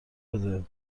بده